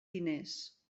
diners